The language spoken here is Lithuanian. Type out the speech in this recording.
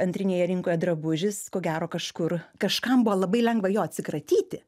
antrinėje rinkoje drabužis ko gero kažkur kažkam buvo labai lengva jo atsikratyti